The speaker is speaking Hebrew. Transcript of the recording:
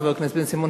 חבר הכנסת בן-סימון,